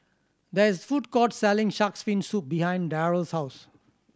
there is food court selling Shark's Fin Soup behind Darell's house